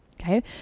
okay